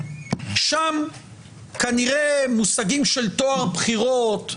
שם כנראה מושגים של טוהר בחירות,